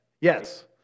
Yes